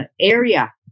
area